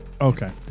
Okay